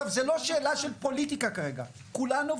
זה לא שאלה של פוליטיקה כרגע כולנו,